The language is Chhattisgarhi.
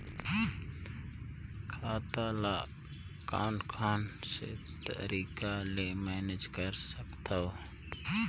खाता ल कौन कौन से तरीका ले मैनेज कर सकथव?